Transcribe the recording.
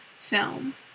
film